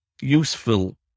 useful